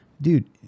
dude